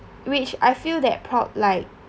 which I feel that proud like